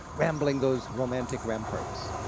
rambling those romantic ramparts.